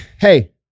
Hey